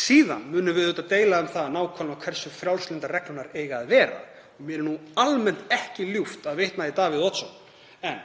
Síðan munum við auðvitað deila um það hversu frjálslyndar reglurnar eiga að vera. Mér er nú almennt ekki ljúft að vitna í Davíð Oddsson en